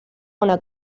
una